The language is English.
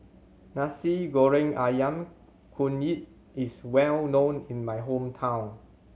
Masi Goreng Ayam Kunyit is well known in my hometown